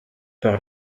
par